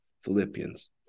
Philippians